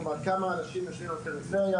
כלומר כמה אנשים יושבים בפריפריה,